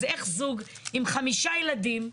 אז איך זוג, עם חמישה ילדים,